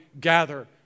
gather